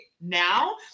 now